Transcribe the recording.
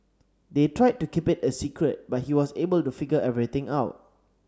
they tried to keep it a secret but he was able to figure everything out